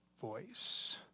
voice